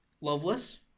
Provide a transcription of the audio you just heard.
loveless